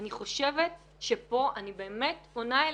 אני חושבת שפה אני באמת פונה אליך,